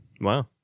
wow